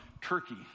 Turkey